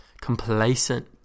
complacent